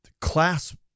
class